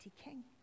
king